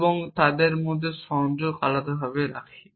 এবং তাদের মধ্যে সংযোগ আলাদাভাবে রাখি